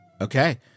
Okay